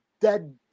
dead